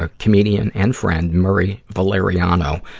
ah comedian and friend murray valeriano.